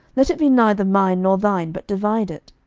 let it be neither mine nor thine, but divide it.